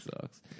sucks